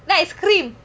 then I scream